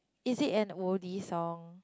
is it an woody song